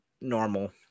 normal